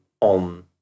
on